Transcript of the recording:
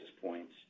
points